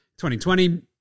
2020